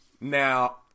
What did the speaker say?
Now